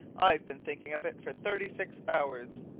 i've been thinking of it for thirty-six hours.